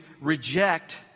reject